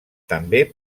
també